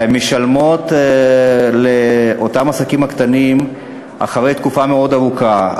משלמים לאותם עסקים קטנים אחרי תקופה מאוד ארוכה,